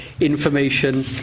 information